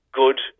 good